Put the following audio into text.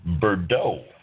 Bordeaux